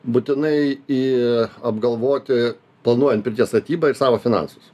būtinai į apgalvoti planuojant pirties statybą ir savo finansus